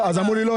אז אמרו לי: לא,